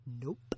Nope